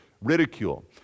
ridicule